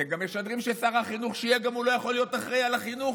אתם גם משדרים ששר החינוך שיהיה לא יכול להיות אחראי לחינוך,